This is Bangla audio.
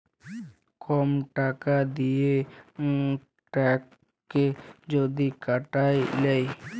কম টাকা দিঁয়ে ট্যাক্সকে যদি কাটায় লেই